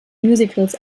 musicals